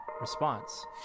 response